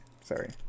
sorry